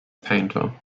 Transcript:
painter